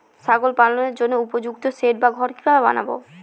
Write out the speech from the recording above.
ছাগল পালনের জন্য উপযুক্ত সেড বা ঘর কিভাবে বানাবো?